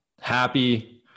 happy